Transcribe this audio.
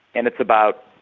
and it's about